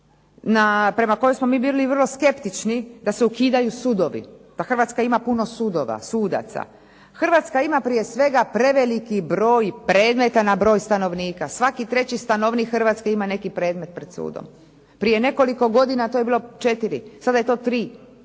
prema kojoj smo mi bili vrlo skeptični da se ukidaju sudovi, da Hrvatska ima puno sudova, sudaca. Hrvatska ima prije svega preveliki broj predmeta na broj stanovnika, svaki treći stanovnik Hrvatske ima neki predmet pred sudom. Prije nekoliko godina to je bilo četiri, sada je to tri.